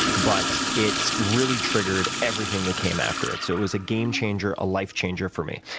but it really triggered everything that came after it. so it was a game changer, a life changer for me.